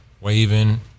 waving